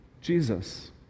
Jesus